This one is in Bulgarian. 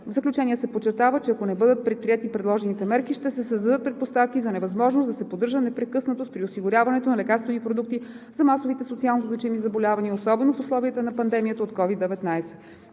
В заключение се подчертава, че ако не бъдат предприети предложените мерки, ще се създадат предпоставки за невъзможност да се поддържа непрекъснатост при осигуряването на лекарствени продукти за масовите социалнозначими заболявания, особено в условията на пандемията от COVID-19.